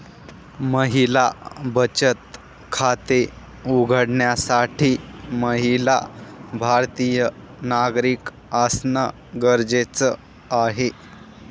महिला बचत खाते उघडण्यासाठी महिला भारतीय नागरिक असणं गरजेच आहे